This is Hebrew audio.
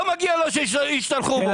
לא מגיע לו שישתלחו בו.